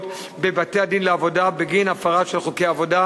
בבתי-הדין לעבודה בגין הפרה של חוקי עבודה,